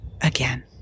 again